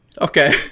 Okay